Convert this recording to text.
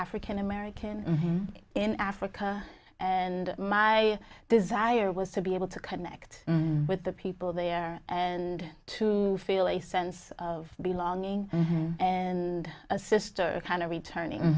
african american in africa and my desire was to be able to connect with the people there and to feel a sense of belonging and a sister kind of returning